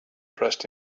dressed